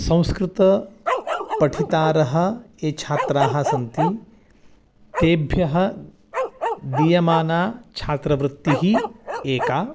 संस्कृतपठितारः ये छात्राः सन्ति तेभ्यः दीयमाना छात्रवृत्तिः एका